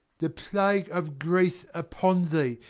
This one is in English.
the plague of greece upon thee,